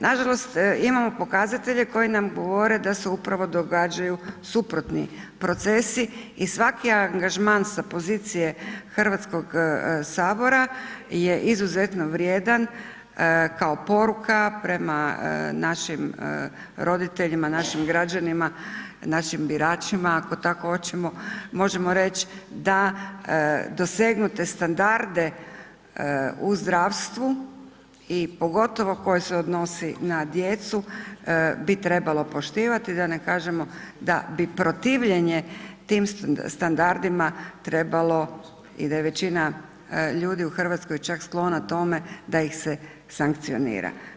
Nažalost imamo pokazatelje koji nam govore da se upravo događaju suprotni procesi i svaki angažman sa pozicije HS-a je izuzetno vrijedan kao poruka prema našim roditeljima, našim građanima, našim biračima, ako tako hoćemo, možemo reći da dosegnute standarde u zdravstvu i pogotovo koji se odnosi na djecu bi trebalo poštivati, da ne kažemo, da bi protivljenje tim standardima trebalo i da je većina ljudi u Hrvatskoj sklona tome da ih se sankcionira.